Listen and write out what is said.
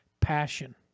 Passion